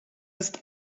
ist